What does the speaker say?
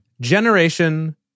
Generation